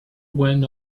went